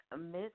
Miss